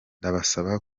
ndabasaba